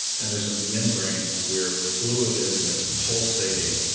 and there's a membrane where fluid is, and it's pulsating.